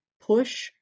push